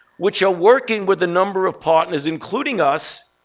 which are working with a number of partners, including us,